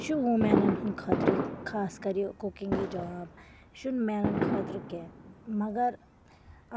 یہِ چھُ وُمیٚنن ہُنٛد خٲطرٕ خاص کَر یہِ کُکِنٛگ یہِ جاب یہِ چھُ نہٕ میٚنَن خٲطرٕ کیٚنٛہہ مَگر